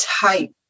type